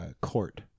court